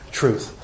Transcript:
truth